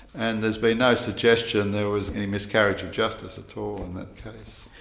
and there's been no suggestion there was any miscarriage of justice at all in that case.